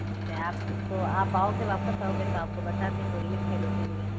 जिससे आपको आप आओगे वापस आओगे तो आपको बता देंगे और लिख के दे देंगे